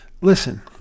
Listen